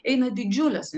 eina didžiulės